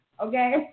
Okay